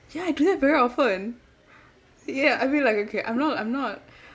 ya I do that very often ya I mean like okay I'm not I'm not